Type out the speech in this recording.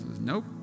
Nope